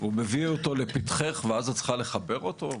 הוא מביא אותו לפתחך ואז את צריכה לחבר אותו?